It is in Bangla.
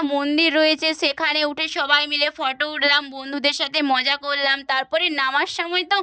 মন্দির রয়েছে সেখানে উঠে সবাই মিলে ফটো উঠালাম বন্ধুদের সাথে মজা করলাম তারপরে নামার সময় তো